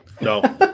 No